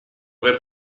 aver